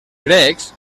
grecs